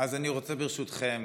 אז אני רוצה, ברשותכם,